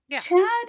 Chad